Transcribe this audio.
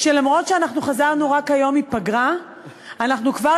שלמרות שאנחנו חזרנו רק היום מפגרה אנחנו כבר